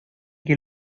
que